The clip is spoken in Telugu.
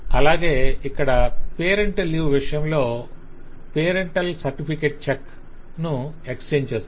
అలాగే ఇక్కడ పేరెంటల్ లీవ్ విషయంలో పేరెంటల్ సర్టిఫికేట్ చెక్ ను ఎక్స్ఛేంజి చేస్తుంది